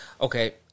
Okay